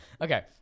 Okay